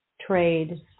trade